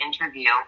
interview